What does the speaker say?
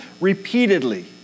repeatedly